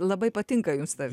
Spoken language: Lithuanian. labai patinka jums ta